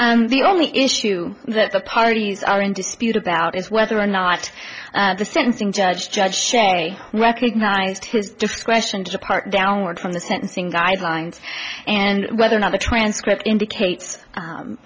and the only issue that the parties are in dispute about is whether or not the sentencing judge judge should a recognized his discretion to depart downward from the sentencing guidelines and whether or not the transcript indicates